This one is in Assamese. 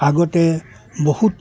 আগতে বহুত